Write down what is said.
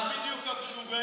מי בדיוק המשוגעים?